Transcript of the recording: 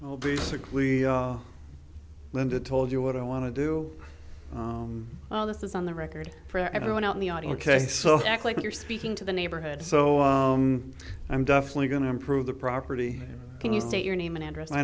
well basically linda told you what i want to do all this is on the record for everyone out in the audience say so act like you're speaking to the neighborhood so i'm definitely going to improve the property can you state your name and address